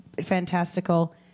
fantastical